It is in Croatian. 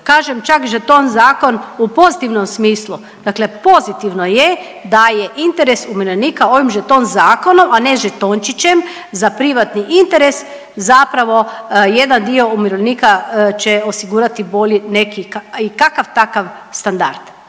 Kažem čak žeton zakon u pozitivnom smislu, dakle pozitivno je da je interes umirovljenika ovim žeton zakonom, a ne žetončićem, za privatni interes zapravo jedan dio umirovljenika će osigurati bolji neki i kakav takav standard,